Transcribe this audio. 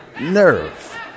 nerve